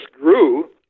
grew